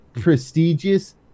prestigious